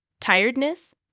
Tiredness